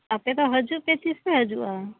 ᱟᱯᱮ ᱫᱚ ᱦᱤᱡᱩᱜ ᱯᱮ ᱛᱤᱥ ᱯᱮ ᱦᱤᱡᱩᱜᱼᱟ